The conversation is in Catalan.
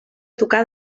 tocar